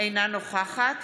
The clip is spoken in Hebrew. אינה נוכחת